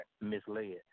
misled